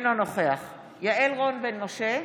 נוכח יעל רון בן משה,